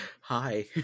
Hi